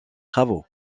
travaux